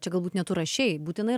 čia galbūt ne tu rašei būtinai